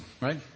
right